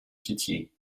pitié